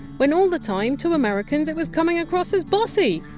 when all the time to americans it was coming across as bossy?